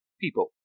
people